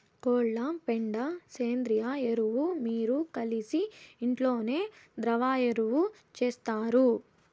కోళ్ల పెండ సేంద్రియ ఎరువు మీరు కలిసి ఇంట్లోనే ద్రవ ఎరువు చేస్తారు